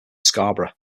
scarborough